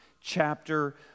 chapter